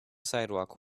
sidewalk